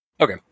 Okay